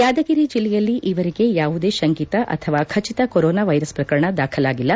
ಯಾದಗಿರಿ ಜಿಲ್ಲೆಯಲ್ಲಿ ಈವರೆಗೆ ಯಾವುದೇ ಶಂಕಿತ ಅಥವಾ ಖಚಿತ ಕೊರೊನಾ ವೈರಸ್ ಪ್ರಕರಣ ದಾಖಲಾಗಿಲ್ಲ